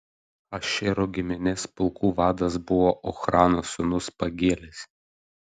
ašero giminės pulkų vadas buvo ochrano sūnus pagielis